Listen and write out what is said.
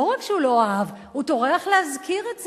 לא רק שהוא לא אהב, הוא טורח להזכיר את זה.